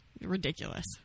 ridiculous